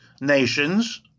nations